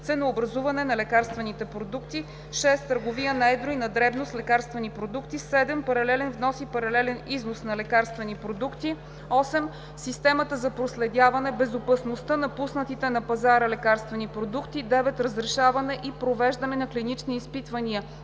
ценообразуване на лекарствени продукти; 6. търговията на едро и на дребно с лекарствени продукти; 7. паралелен внос и паралелен износ на лекарствени продукти; 8. системата за проследяване безопасността на пуснатите на пазара лекарствени продукти; 9. разрешаване и провеждане на клинични изпитвания,